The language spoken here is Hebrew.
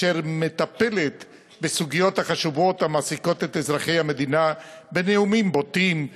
אשר "מטפלת" בסוגיות החשובות המעסיקות את אזרחי המדינה בנאומים בוטים,